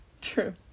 True